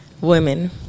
Women